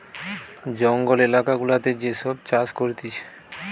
জঙ্গল এলাকা গুলাতে যে সব চাষ করতিছে